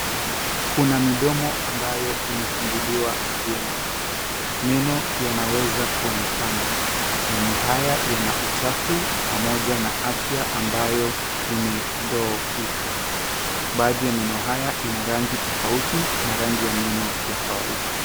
Kuna midomo ambayo imefunguliwa vyema. Meno yanaweza kuonekana. Mena haya yana uchafu pamoja na afya ambayo imedhoofika. Baadhi ya meno haya ina rangi tofauti na rangi ya meno ya kawaida.